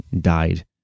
died